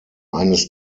eines